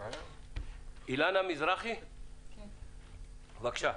אילנה מזרחי, בבקשה.